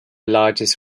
largest